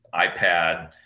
iPad